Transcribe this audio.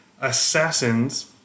assassins